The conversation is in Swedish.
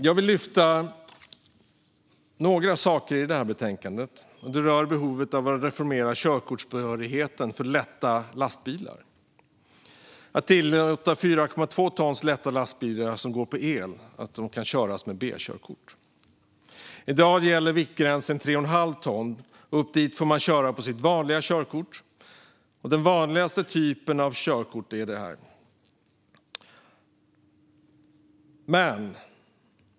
Jag vill lyfta några saker i detta betänkande. Den första rör behovet av att reformera körkortsbehörigheten för lätta lastbilar och tillåta 4,2 tons lätta lastbilar som går på el att köras med B-körkort. I dag gäller viktgränsen 3,5 ton. Upp dit får man köra med sitt vanligt B-körkort, den vanligaste typen av körkort.